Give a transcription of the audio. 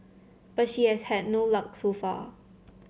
but she has had no luck so far